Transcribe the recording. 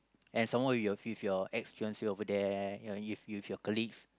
and some more with with your ex ex-finance over there with your colleagues